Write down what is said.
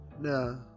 No